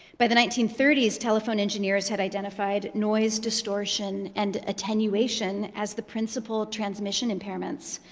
by the nineteen thirty s, telephone engineers had identified noise distortion and attenuation as the principal transmission impairments,